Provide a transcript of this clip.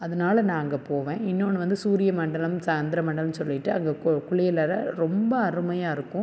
அதனால் நான் அங்கே போவேன் இன்னோன்று வந்து சூரிய மண்டலம் சந்திர மண்டலம் சொல்லிட்டு அங்கே கு குளியலறை ரொம்ப அருமையாக இருக்கும்